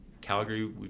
Calgary